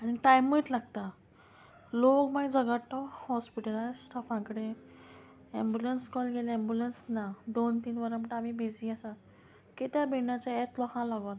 आनी टायमूच लागता लोक मागीर झगडटा हॉस्पिटलायज स्टाफां कडेन एम्बुलंस कॉल गेले एम्बुलंस ना दोन तीन वरां म्हणटा आमी बिजी आसा कित्या बिजी आसा ह्यात लोकां लागोन